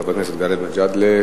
חבר הכנסת גאלב מג'אדלה.